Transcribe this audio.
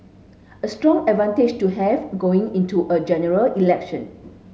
a strong advantage to have going into a General Election